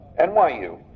NYU